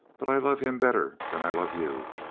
but i love him better than i love you.